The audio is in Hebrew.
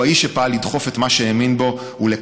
הוא האיש שפעל לדחוף את מה שהאמין בו ולקדם